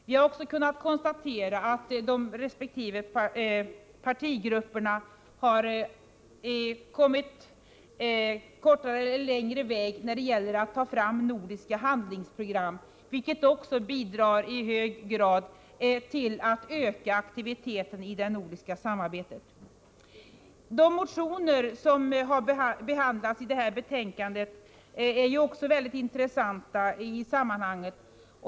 Vi har också kunnat konstatera att resp. länders partigrupper har kommit en bit på väg när det gäller att utforma nordiska handlingsprogram, vilket också i hög grad har bidragit till att öka aktiviteten i det nordiska samarbetet. De motioner som behandlas i detta betänkande är också mycket intressanta.